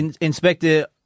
Inspector